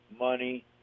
money